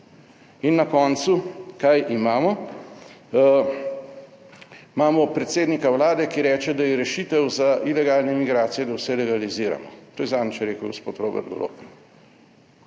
In na koncu, kaj imamo? Imamo predsednika Vlade, ki reče, da je rešitev za ilegalne migracije, da vse legaliziramo. To je zadnjič rekel gospod Robert Golob.